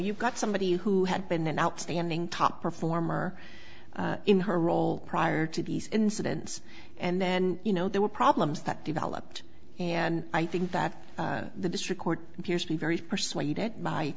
you've got somebody who had been an outstanding top performer in her role prior to these incidents and then you know there were problems that developed and i think that the district court appears to be very persuaded by